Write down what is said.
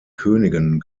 königen